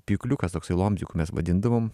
pjūkliukas toksai lomdziku mes vadindavom